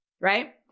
right